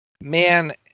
Man